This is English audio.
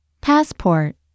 Passport